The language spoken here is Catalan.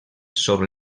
sobre